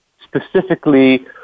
specifically